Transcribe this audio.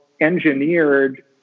engineered